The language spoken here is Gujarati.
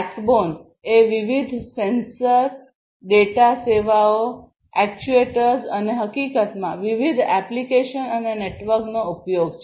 બેકબોન એ વિવિધ સેન્સર ડેટા સેવાઓ એક્ટ્યુએટર્સ અને હકીકતમાં વિવિધ એપ્લિકેશન અને નેટવર્કનો ઉપયોગ છે